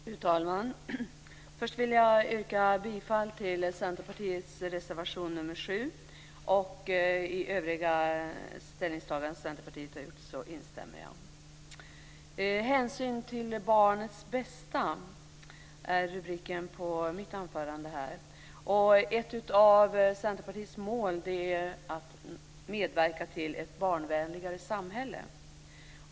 Fru talman! Först vill jag yrka bifall till Centerpartiets reservation nr 7. I övriga ställningstaganden som gjorts från Centerpartiet instämmer jag. Hänsyn till barnets bästa är rubriken på mitt anförande. Ett av Centerpartiets mål är att medverka till ett barnvänligare samhälle.